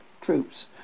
troops